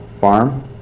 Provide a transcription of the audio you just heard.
farm